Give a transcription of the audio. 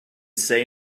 say